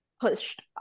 pushed